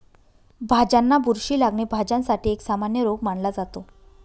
भाज्यांना बुरशी लागणे, भाज्यांसाठी एक सामान्य रोग मानला जातो